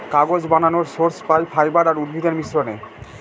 কাগজ বানানর সোর্স পাই ফাইবার আর উদ্ভিদের মিশ্রনে